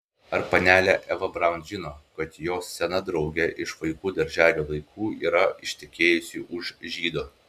ar panelė eva braun žino kad jos sena draugė iš vaikų darželio laikų yra ištekėjusi už žydo